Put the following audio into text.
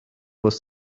was